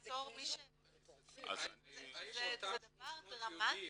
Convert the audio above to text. זה דבר דרמטי.